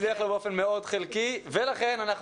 הצליח באופן מאוד חלקי ולכן אנחנו